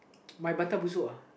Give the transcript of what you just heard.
my butter uh